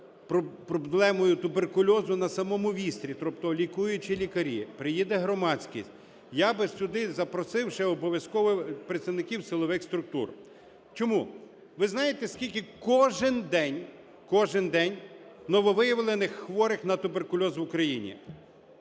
проблемою туберкульозу на самому вістрі, тобто лікуючі лікарі, приїде громадськість. Я би сюди запросив ще обов'язково представників силових структур. Чому? Ви знаєте, скільки кожен день, кожен день, нововиявлених хворих на туберкульоз в Україні?